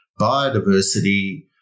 biodiversity